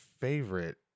favorite